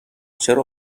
چرا